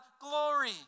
glory